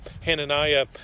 Hananiah